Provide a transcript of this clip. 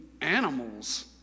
animals